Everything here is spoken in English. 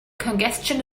congestion